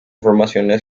formaciones